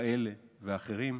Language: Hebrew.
כאלה ואחרים.